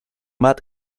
bat